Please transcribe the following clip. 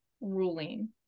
ruling